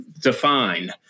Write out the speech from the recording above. define